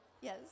yes